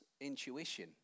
intuition